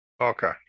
Okay